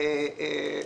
רשות המסים סירבה.